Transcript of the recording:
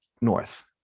north